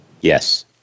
Yes